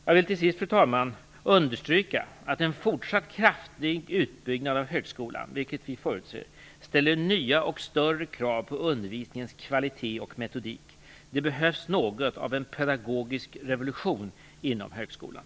Jag vill till sist understryka, fru talman, att en fortsatt kraftig utbyggnad av högskolan, vilket vi förutser, ställer nya och större krav på undervisningens kvalitet och metodik. Det behövs något av en pedagogisk revolution inom högskolan.